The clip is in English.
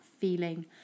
feeling